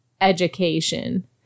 education